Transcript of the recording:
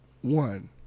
One